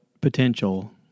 potential